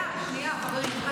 שנייה, חברים.